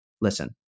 listen